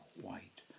white